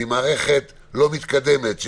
לא מתקדמת,